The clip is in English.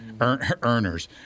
earners